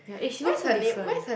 yeah eh she looks so different